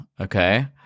Okay